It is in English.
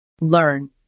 Learn